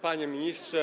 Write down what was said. Panie Ministrze!